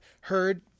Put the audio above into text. heard